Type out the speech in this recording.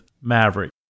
Maverick